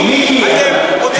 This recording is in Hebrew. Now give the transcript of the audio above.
אתם רוצים,